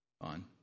on